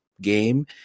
game